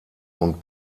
und